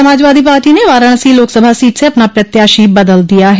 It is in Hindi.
समाजवादी पार्टी ने वाराणसी लोकसभा सीट से अपना प्रत्याशी बदल दिया है